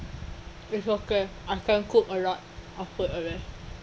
it's okay I can cook a lot of food already